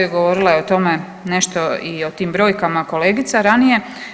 Govorila je o tome nešto i o tim brojkama kolegica ranije.